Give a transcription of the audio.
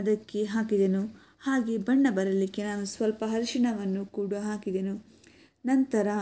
ಅದಕ್ಕೆ ಹಾಕಿದೆನು ಹಾಗೆ ಬಣ್ಣ ಬರಲಿಕ್ಕೆ ನಾನು ಸ್ವಲ್ಪ ಅರಶಿಣವನ್ನು ಕೂಡ ಹಾಕಿದೆನು ನಂತರ